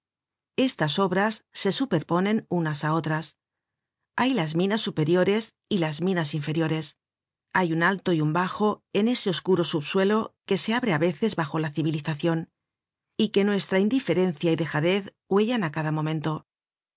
estas obras se superponen unas á otras hay las minas superiores y las minas inferiores hay un alto y un bajo en ese oscuro subsuelo que se abre á veces bajo la civilizacion y que nuestra indiferencia y dejadez huellan á cada momento